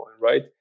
right